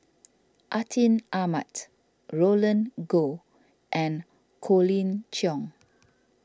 Atin Amat Roland Goh and Colin Cheong